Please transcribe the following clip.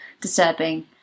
disturbing